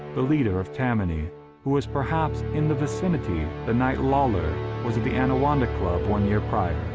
the leader of tammany who was perhaps in the vicinity the night lawlor was at the anawanda club one year prior.